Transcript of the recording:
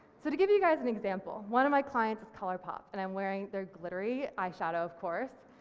so to give you guys an example, one of my clients is colourpop and i'm wearing their glittery eye shadow of course,